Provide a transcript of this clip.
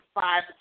five